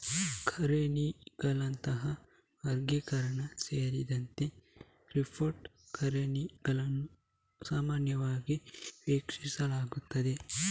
ಕರೆನ್ಸಿಗಳಂತಹ ವರ್ಗೀಕರಣ ಸೇರಿದಂತೆ ಕ್ರಿಪ್ಟೋ ಕರೆನ್ಸಿಗಳನ್ನು ಸಾಮಾನ್ಯವಾಗಿ ವೀಕ್ಷಿಸಲಾಗುತ್ತದೆ